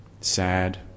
sad